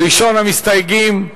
ראשון המסתייגים.